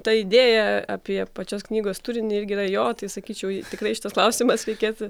ta idėja apie pačios knygos turinį irgi yra jo tai sakyčiau tikrai šitas klausimas reikėtų